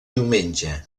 diumenge